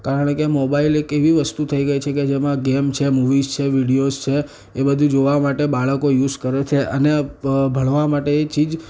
કારણ કે મોબાઈલ એક એવી વસ્તુ થઈ ગઈ છે કે જેમાં ગેમ છે મુવીઝ છે વિડિયોઝ છે એ બધું જોવા માટે બાળકો યુઝ કરે છે અને ભ ભણવા માટે એ ચીજ